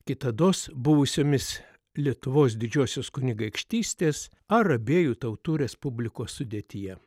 kitados buvusiomis lietuvos didžiosios kunigaikštystės ar abiejų tautų respublikos sudėtyje